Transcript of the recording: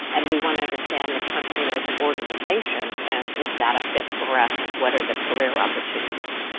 and we wanna understand the company or the organization, and is that a fit for us and what are the career opportunities?